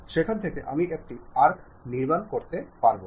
എന്നാൽ ചിലപ്പോൾ ഇത് ഡിപ്പാർട്മെന്റ് ഉടനീളം ഉണ്ടാകാം